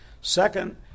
Second